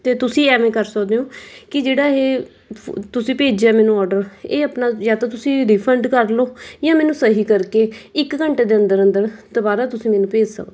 ਅਤੇ ਤੁਸੀਂ ਐਵੇਂ ਕਰ ਸਕਦੇ ਹੋ ਕਿ ਜਿਹੜਾ ਇਹ ਫੂ ਤੁਸੀਂ ਭੇਜਿਆ ਮੈਨੂੰ ਆਰਡਰ ਇਹ ਆਪਣਾ ਜਾਂ ਤਾਂ ਤੁਸੀਂ ਰਿਫੰਡ ਕਰ ਲਓ ਜਾਂ ਮੈਨੂੰ ਸਹੀ ਕਰਕੇ ਇੱਕ ਘੰਟੇ ਦੇ ਅੰਦਰ ਅੰਦਰ ਦੁਬਾਰਾ ਤੁਸੀਂ ਮੈਨੂੰ ਭੇਜ ਸਕਦੇ ਹੋ